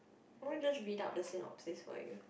won't you just read up the synopsis for you